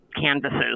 canvases